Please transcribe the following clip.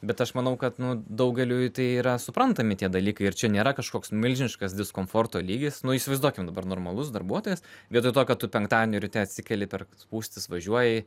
bet aš manau kad daugeliui tai yra suprantami tie dalykai ir čia nėra kažkoks milžiniškas diskomforto lygis nu įsivaizduokim dabar normalus darbuotojas vietoj to kad tu penktadienį ryte atsikeli per spūstis važiuoji